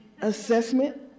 assessment